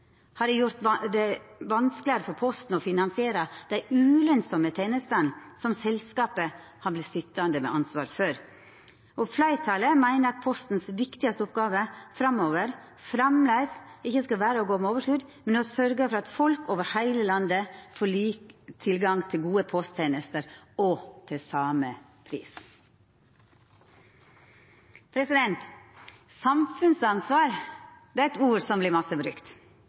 har det gjort det vanskeligere for Posten å finansiere de ulønnsomme tjenestene, som selskapet har blitt sittende med ansvaret for. Flertallet mener Postens viktigste oppgave framover fremdeles ikke skal være å gå med overskudd, men å sørge for at folk over hele landet får tilgang til like gode posttjenester og til samme pris.» Samfunnsansvar er eit ord som vert mykje brukt,